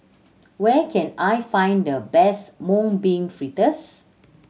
where can I find the best Mung Bean Fritters